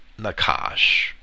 Nakash